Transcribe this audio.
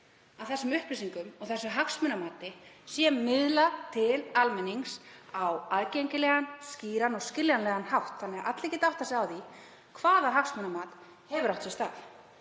að þessum upplýsingum og þessu hagsmunamati sé miðlað til almennings á aðgengilegan, skýran og skiljanlegan hátt þannig að allir geti áttað sig á því hvaða hagsmunamat hafi átt sér stað.